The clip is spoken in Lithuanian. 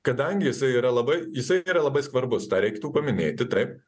kadangi jisai yra labai jisai yra labai skvarbus tą reiktų paminėti taip